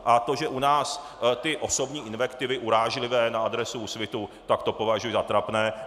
A to, že na nás ty osobní invektivy urážlivé, na adresu Úsvitu, to považuji za trapné.